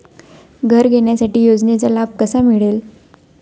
घर घेण्यासाठी योजनेचा लाभ कसा मिळेल?